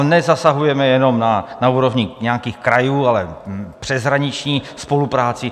Nezasahujeme jenom na úrovni nějakých krajů, ale v přeshraniční spolupráci.